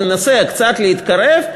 ננסה קצת להתקרב,